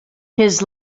his